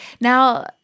Now